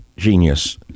genius